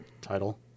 Title